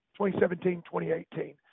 2017-2018